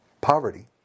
poverty